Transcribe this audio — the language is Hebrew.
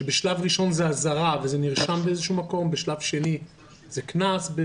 שבשלב ראשון תהיה אזהרה שתירשם באיזשהו מקום ובשלב השני יינתן קנס.